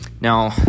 Now